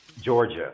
Georgia